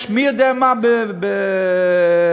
יש מי-יודע-מה ב"מכבי",